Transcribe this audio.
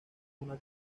una